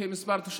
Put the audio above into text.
לפי מספר התושבים,